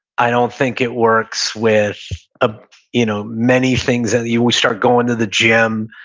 i don't think it works with ah you know many things that you start going to the gym,